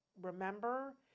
remember